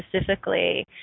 specifically